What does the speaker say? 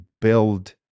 build